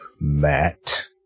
Matt